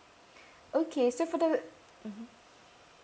okay so for the mmhmm